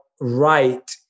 right